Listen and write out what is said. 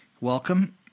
Welcome